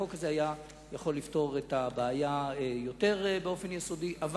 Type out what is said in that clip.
החוק הזה היה יכול לפתור את הבעיה באופן יסודי יותר,